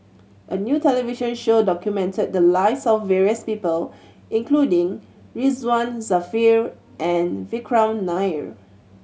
a new television show documented the lives of various people including Ridzwan Dzafir and Vikram Nair